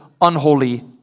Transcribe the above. unholy